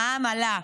המע"מ עלה,